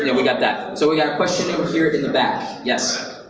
yeah we got that. so we got a question over here in the back, yes?